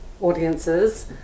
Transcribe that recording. audiences